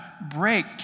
break